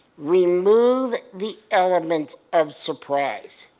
remove the element of surprise.